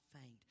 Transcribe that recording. faint